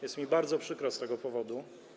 Jest mi bardzo przykro z tego powodu.